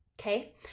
okay